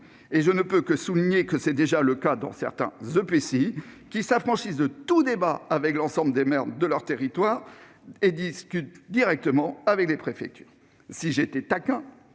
de revenir dessus. C'est déjà le cas dans certains EPCI, qui s'affranchissent de tout débat avec l'ensemble des maires de leur territoire et discutent directement avec les préfectures. Si j'étais taquin,